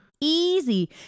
easy